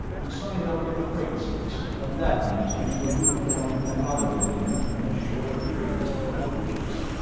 you signed up for the fracases and that meant into a uniform and out of it again in as short a period as a couple of weeks.